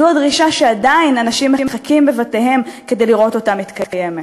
זו הדרישה שעדיין אנשים מחכים בבתיהם לראות אותה מתקיימת.